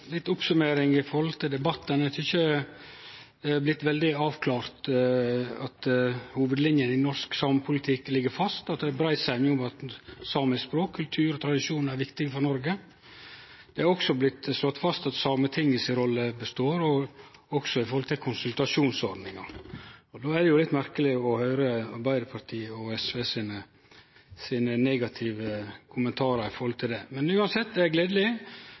brei semje om at samisk språk, kultur og tradisjon er viktige for Noreg. Det er også blitt slått fast at Sametinget si rolle består, også når det gjeld konsultasjonsordninga. Då er det litt merkeleg å høyre Arbeidarpartiet og SV sine negative kommentarar til det. Men uansett, det er gledeleg. Eg